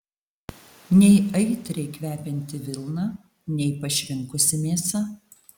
nei aitriai kvepianti vilna nei pašvinkusi mėsa